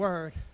Word